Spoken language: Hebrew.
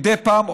מדי פעם,